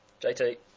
JT